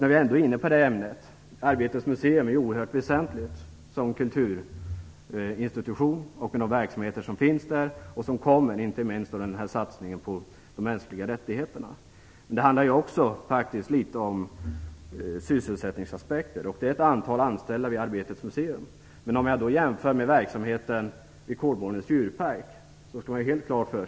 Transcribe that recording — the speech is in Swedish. När jag ändå är inne på det ämnet vill jag säga att Arbetets museum är oerhört väsentlig som kulturinstitution med hänsyn till de verksamheter som finns där och de som kommer, inte minst satsningen på de mänskliga rättigheterna. Men det handlar faktiskt också litet grand om sysselsättningsaspekter. Det finns ett antal anställda vid Arbetets museum, men det är litet jämfört med verksamheten i Kolmårdens djurpark.